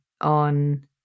on